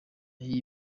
y’iyi